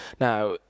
Now